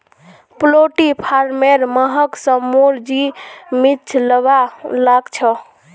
poultry farmer महक स मोर जी मिचलवा लाग छ